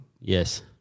Yes